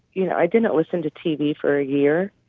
you know, i didn't listen to tv for a year